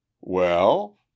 Well